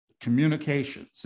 communications